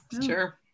sure